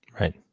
right